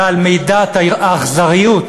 ועל מידת האכזריות